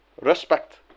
Respect